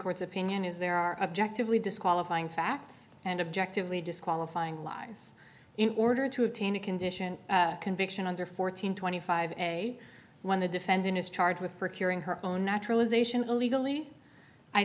court's opinion is there are objective we disqualifying facts and objectively disqualifying lies in order to obtain a condition conviction under fourteen twenty five a when the defendant is charged with procuring her own naturalization illegally i